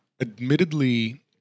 admittedly